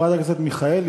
חברת הכנסת מיכאלי,